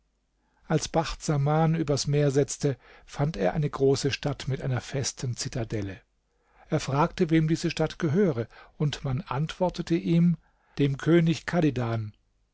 als bacht saman übers meer setzte fand er eine große stadt mit einer festen zitadelle er fragte wem diese stadt gehöre und man antwortete ihm dem könig